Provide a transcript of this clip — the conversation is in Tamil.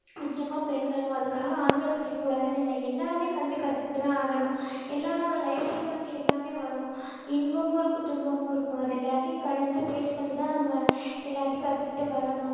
முக்கியமாக பெண்களும் அதுக்காக ஆண்கள் படிக்க கூடாதுன்னு இல்லை எல்லோருமே கல்வியை கற்றுக்கிட்டு தான் ஆகணும் எல்லாரோடய லைஃப்லேயும் வந்து எல்லாமே வரும் இன்பமும் இருக்கும் துன்பமும் இருக்கும் அது எல்லாத்தையும் கடந்து ஃபேஸ் ண்ணி தான் நம்ம எல்லாத்தையும் கற்றுக்கிட்டு வரணும்